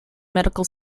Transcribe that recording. medical